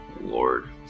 Lord